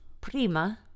Prima